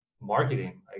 marketing